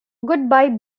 goodbye